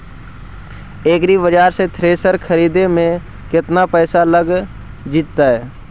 एग्रिबाजार से थ्रेसर खरिदे में केतना पैसा लग जितै?